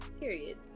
Period